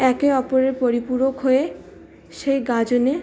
একে অপরের পরিপূরক হয়ে সেই গাজনে